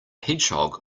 hedgehog